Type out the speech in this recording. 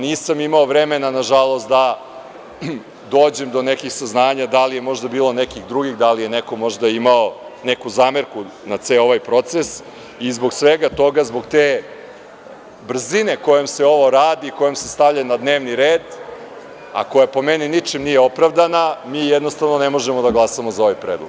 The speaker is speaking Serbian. Nisam imao vremena, nažalost, da dođem do nekih saznanja da li je možda bilo nekih drugih, da li je neko možda imao neku zamerku na ceo ovaj proces i zbog svega toga, zbog te brzine kojom se ovo radi i kojom se stavlja na dnevni red, a koja po meni ničim nije opravdana, mi jednostavno ne možemo da glasamo zaovaj predlog.